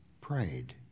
prayed